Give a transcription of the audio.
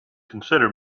consider